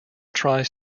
tries